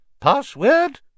Password